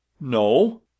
No